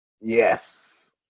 Yes